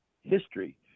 history